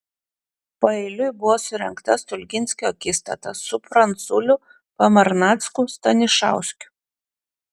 paeiliui buvo surengta stulginskio akistata su pranculiu pamarnacku stanišauskiu